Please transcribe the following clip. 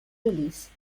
release